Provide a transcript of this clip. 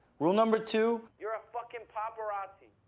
rule number two, you're a fucking paparazzi.